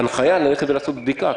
הנחיה לעשות בדיקה?